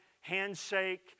handshake